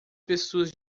pessoas